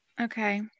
Okay